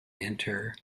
enter